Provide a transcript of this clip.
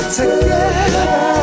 together